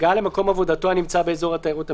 (ד)הגעה למקום עבודתו הנמצא באזור התיירות המיוחד,